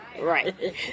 Right